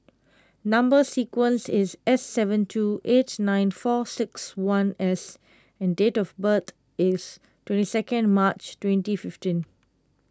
Number Sequence is S seven two eight nine four six one S and date of birth is twenty second March twenty fifteen